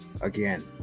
Again